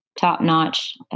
top-notch